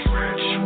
rich